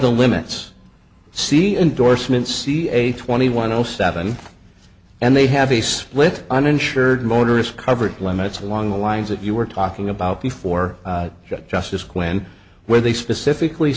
the limits see indorsement see a twenty one zero seven and they have a split uninsured motorist coverage limits along the lines that you were talking about before judge justice quinn where they specifically